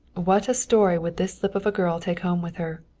what a story would this slip of a girl take home with her!